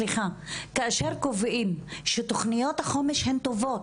כי כאשר קובעים שתוכניות החומש הן טובות.